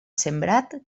sembrat